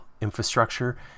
infrastructure